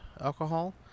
alcohol